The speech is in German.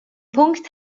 punkt